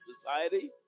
society